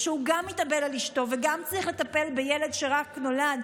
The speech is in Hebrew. שהוא גם מתאבל על אשתו וגם צריך לטפל בילד שרק נולד,